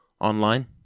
online